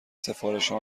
سفارشها